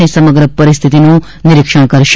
અને સમગ્ર પરિસ્થિતિનું નિરીક્ષણ કરશે